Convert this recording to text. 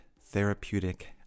Therapeutic